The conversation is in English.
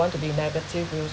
to be negative